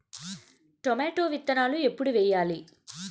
Tomato విత్తనాలు ఎప్పుడు వెయ్యాలి?